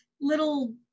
little